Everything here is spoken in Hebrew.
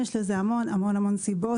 יש לזה המון המון סיבות,